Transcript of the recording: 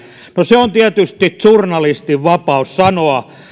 no on tietysti journalistin vapaus sanoa